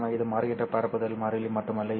நிச்சயமாக இது மாறுகின்ற பரப்புதல் மாறிலி மட்டுமல்ல